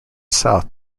south